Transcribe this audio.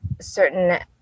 certain